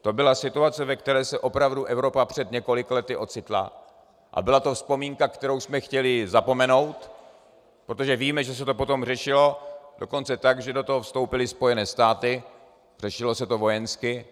To byla situace, ve které se opravdu Evropa před několika lety ocitla, a byla to vzpomínka, kterou jsme chtěli zapomenout, protože víme, že se to potom řešilo dokonce tak, že do toho vstoupily Spojené státy, řešilo se to vojensky.